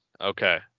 Okay